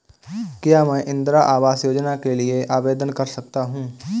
क्या मैं इंदिरा आवास योजना के लिए आवेदन कर सकता हूँ?